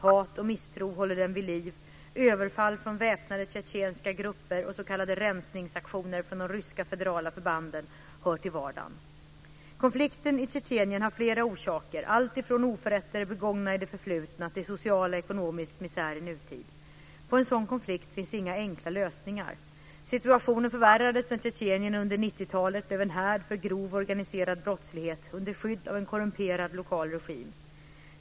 Hat och misstro håller den vid liv. Överfall från väpnade tjetjenska grupper och s.k. rensningsaktioner från de ryska federala förbanden hör till vardagen. Konflikten i Tjetjenien har flera orsaker, alltifrån oförrätter begångna i det förflutna till social och ekonomisk misär i nutid. På en sådan konflikt finns inga enkla lösningar. Situationen förvärrades när Tjetjenien under 1990-talet blev en härd för grov organiserad brottslighet, under skydd av en korrumperad lokal regim.